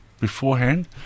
beforehand